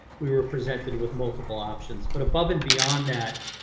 we were presented with multiple options but above and beyond that,